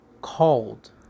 called